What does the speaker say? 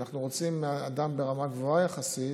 אנחנו רוצים אדם ברמה גבוהה יחסית,